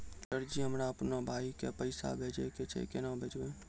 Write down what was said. Sir ji हमरा अपनो भाई के पैसा भेजबे के छै, केना भेजबे?